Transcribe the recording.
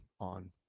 on